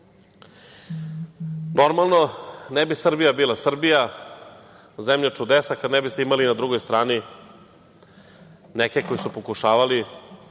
Vučić. Normalno, ne bi Srbija bila Srbija, zemlja čudesa, kada ne biste imali na drugoj strani neke koji su pokušavali